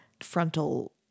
frontal